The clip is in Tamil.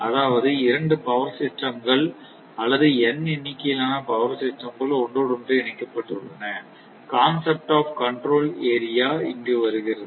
அதாவது இரண்டு பவர் சிஸ்டம் கள் அல்லது n எண்ணிக்கையிலான பவர் சிஸ்டம் கள் ஒன்றோடொன்று இணைக்கப்பட்டுள்ளன கான்செப்ட் ஆப் கண்ட்ரோல் ஏரியா இங்கு வருகிறது